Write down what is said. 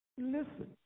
listen